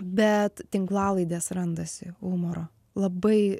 bet tinklalaidės randasi humoro labai